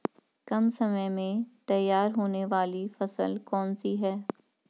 कम समय में तैयार होने वाली फसल कौन सी है?